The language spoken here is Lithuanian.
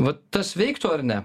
vat tas veiktų ar ne